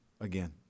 again